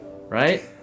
right